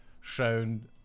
shown